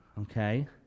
okay